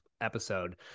episode